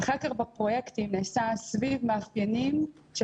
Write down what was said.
החקר בפרויקטים נעשה סביב מאפיינים של